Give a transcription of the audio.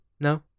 No